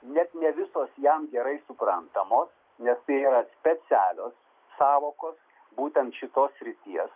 net ne visos jam gerai suprantamos nes tai yra specialios sąvokos būtent šitos srities